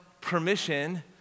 permission